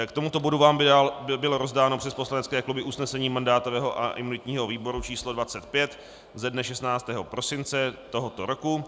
K tomuto bodu vám bylo rozdáno přes poslanecké kluby usnesení mandátového a imunitního výboru číslo 25 ze dne 16. prosince tohoto roku.